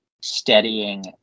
steadying